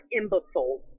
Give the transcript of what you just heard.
imbeciles